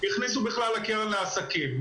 הכניסו בכלל לקרן לעסקים.